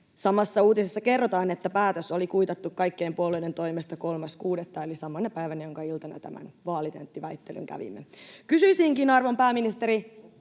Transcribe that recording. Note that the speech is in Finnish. Samassa uutisessa kerrotaan, että päätös oli kuitattu kaikkien puolueiden toimesta 3.6. eli samana päivänä, jonka iltana tämän vaalitenttiväittelyn kävimme. Kysyisinkin, arvon pääministeri: